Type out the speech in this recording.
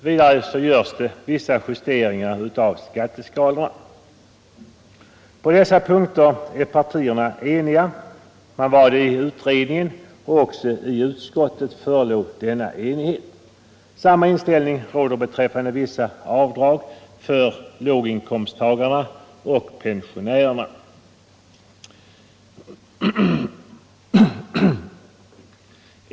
Vidare görs vissa justeringar av skatteskalorna. På dessa punkter är partierna eniga. Så var det i utredningen och också i utskottet. Samma inställning råder beträffande vissa avdrag för låginkomsttagarna och pensionärerna.